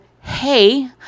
hey